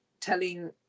telling